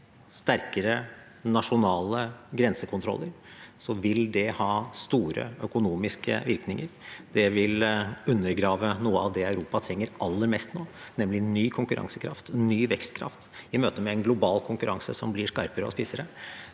sterkere nasjonale grensekontroller, vil det ha store økonomiske virkninger. Det vil undergrave noe av det Europa trenger aller mest nå, nemlig ny konkurransekraft og ny vekstkraft i møte med en global konkurranse som blir skarpere og spissere.